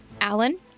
Alan